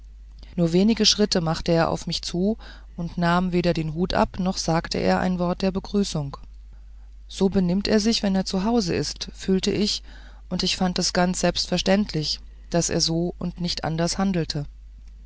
nur wenige schritte machte er auf mich zu und nahm weder den hut ab noch sagte er ein wort der begrüßung so benimmt er sich wenn er zu hause ist fühlte ich und ich fand es ganz selbstverständlich daß er so und nicht anders handelte